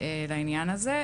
לנושא הזה.